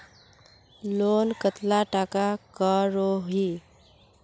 Loan कतला टाका करोही?